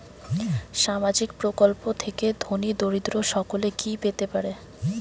সামাজিক প্রকল্প থেকে ধনী দরিদ্র সকলে কি পেতে পারে?